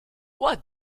what